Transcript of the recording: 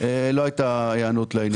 לא הייתה היענות לעניין.